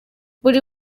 buri